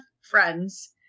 friends